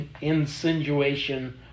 insinuation